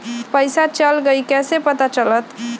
पैसा चल गयी कैसे पता चलत?